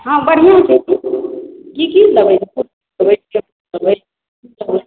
हँ बढ़िआँ छै की की देबै